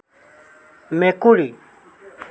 মেকুৰী